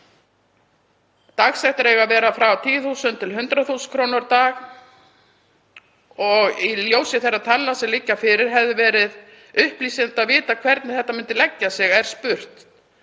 Dagsektir eiga að vera frá 10.000–100.000 kr. á dag og í ljósi þeirra talna sem liggja fyrir hefði verið upplýsandi að vita hvernig þetta myndi leggja sig, var spurt.